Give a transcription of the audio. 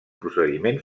procediment